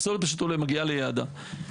הפסולת מגיעה ליעדה.